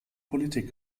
politik